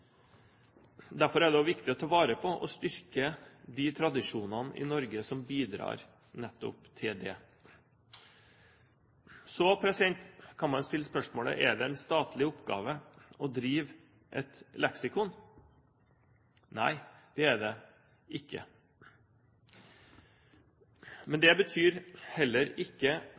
Derfor er det også viktig å ta vare på og styrke de tradisjonene i Norge som bidrar nettopp til det. Så kan man stille spørsmålet: Er det en statlig oppgave å drive et leksikon? Nei, det er det ikke. Men det betyr heller ikke